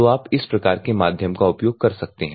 तो आप इस प्रकार के माध्यम का उपयोग कर सकते हैं